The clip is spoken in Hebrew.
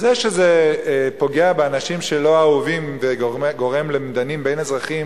זה שזה פוגע באנשים שלא אהובים וגורם למדנים בין אזרחים,